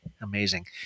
Amazing